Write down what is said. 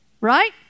Right